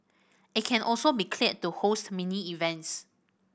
it can also be cleared to host mini events